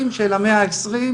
הקמפיין הזה נמצא בפייסבוק,